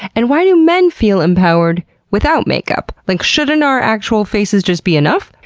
and why do men feel empowered without makeup? like, shouldn't our actual faces just be enough?